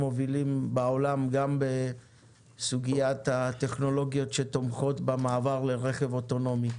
מובילים בעולם גם בסוגיית הטכנולוגיות שתומכות במעבר לרכב אוטונומי.